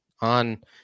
on